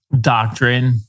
doctrine